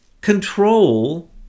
control